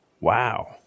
Wow